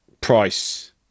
price